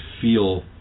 feel